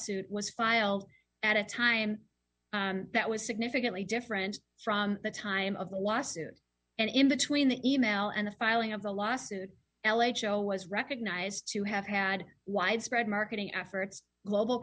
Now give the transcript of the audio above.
suit was filed at a time that was significantly different from the time of the lawsuit and in between the e mail and the filing of the lawsuit l h o was recognized to have had widespread marketing efforts global